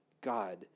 God